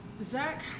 Zach